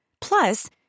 Plus